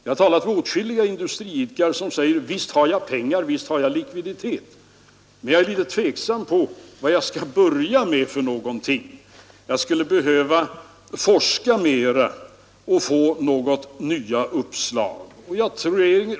Jag har talat med åtskilliga industriidkare som säger att visst har de likviditet men de är tveksamma om vad de skall börja med, de skulle behöva forska mera och få några nya uppslag.